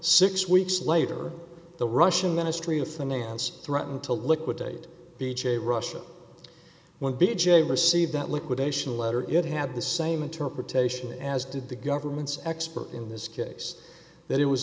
six weeks later the russian ministry of finance threatened to liquidate b j russia when biju received that liquidation letter it had the same interpretation as did the government's expert in this case that it was